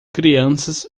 crianças